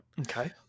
Okay